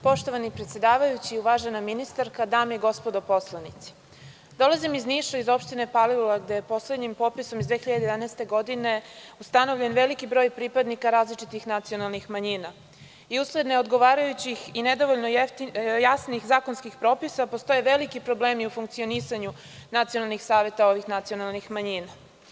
Poštovani predsedavajući, uvažena ministarka, dame i gospodo poslanici, dolazim iz Niša, iz opštine Palilula, gde je poslednjim popisom iz 2011. godine ustanovljen veliki broj pripadnika različitih nacionalnih manjina i usled neodgovarajućih i nedovoljno jasnih zakonskih propisa, postoje veliki problemi u funkcionisanju nacionalnih saveta ovih nacionalnih manjina.